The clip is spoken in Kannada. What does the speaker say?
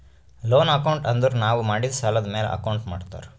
ಲೋನ್ ಅಕೌಂಟ್ ಅಂದುರ್ ನಾವು ಮಾಡಿದ್ ಸಾಲದ್ ಮ್ಯಾಲ ಅಕೌಂಟ್ ಮಾಡ್ತಾರ್